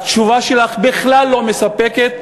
התשובה שלך בכלל לא מספקת,